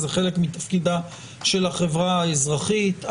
זה חלק מתפקידה של החברה האזרחית,